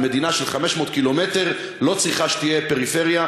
במדינה של 500 ק"מ לא צריך שתהיה פריפריה,